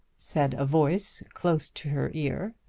said a voice, close to her ear.